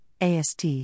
AST